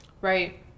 Right